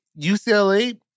UCLA